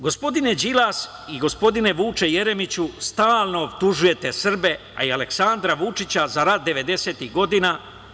Gospodine Đilas i gospodine Vuče Jeremiću, stalno optužujete Srbe, a i Aleksandra Vučića, za rat 90-ih godina.